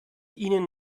ihnen